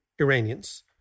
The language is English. Iranians